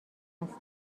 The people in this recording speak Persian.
است